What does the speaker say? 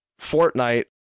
Fortnite